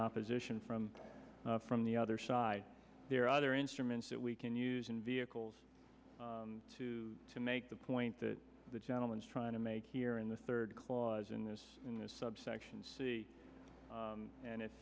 opposition from from the other side there are other instruments that we can use in vehicles to make the point that the gentleman is trying to make here in the third clause in this in this subsection c and if